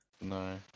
No